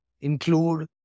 include